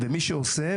ומי שעושה,